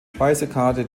speisekarte